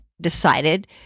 decided